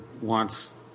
wants –